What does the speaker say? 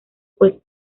pues